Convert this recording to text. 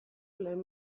lehen